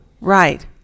Right